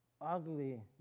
ugly